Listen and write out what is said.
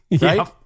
right